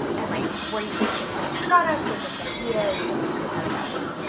and, like, were you pitching finished products or just ideas and, like, sort of, how did that work?